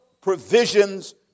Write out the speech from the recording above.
provisions